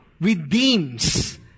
redeems